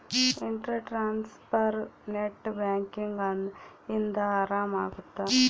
inter transfer net banking ಇಂದ ಆರಾಮ ಅಗುತ್ತ